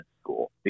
school